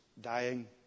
dying